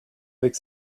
avec